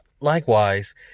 Likewise